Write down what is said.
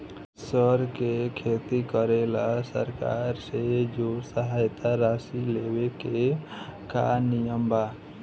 सर के खेती करेला सरकार से जो सहायता राशि लेवे के का नियम बा?